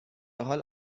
حال